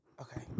Okay